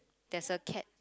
there's a cat